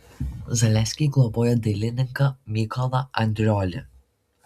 zaleskiai globojo dailininką mykolą andriolį